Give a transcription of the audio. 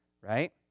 right